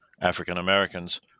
African-Americans